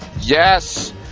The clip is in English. Yes